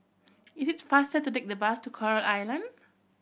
it is faster to take the bus to Coral Island